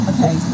Okay